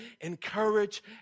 encourage